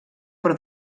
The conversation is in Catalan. per